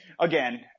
again